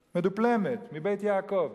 מדופלמת, מ"בית יעקב"